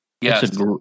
Yes